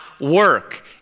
work